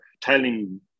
telling